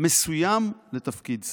מסוים לתפקיד שר.